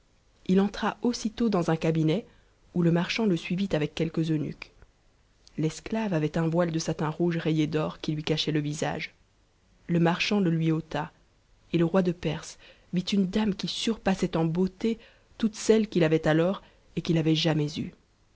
i entra aussitôt dans un abinet où le marchand le suivit avec quelques eunuques l'esclave avait nn voile de satin rouge rayé d'or qui lui cachait le visage le marchand ôta et le roi de perse vit une dame qui surpassait en beauté toutes celles qu'il avait alors et qu'il avait jamais eues